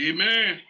Amen